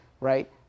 right